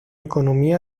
economía